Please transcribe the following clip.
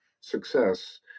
success